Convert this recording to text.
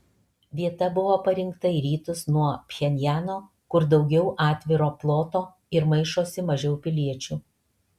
vieta buvo parinkta į rytus nuo pchenjano kur daugiau atviro ploto ir maišosi mažiau piliečių